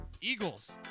Eagles